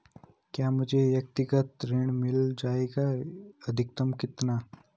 क्या मुझे व्यक्तिगत ऋण मिल जायेगा अधिकतम कितना?